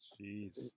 Jeez